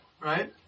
Right